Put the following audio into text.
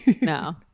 No